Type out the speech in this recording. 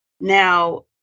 Now